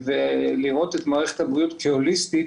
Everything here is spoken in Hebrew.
ולראות את מערכת הבריאות כהוליסטית,